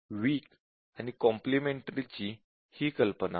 weaker आणि complimentary ची ही कल्पना आहे